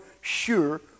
sure